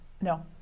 No